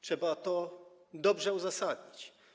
Trzeba to dobrze uzasadnić.